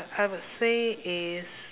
I would say is